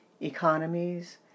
economies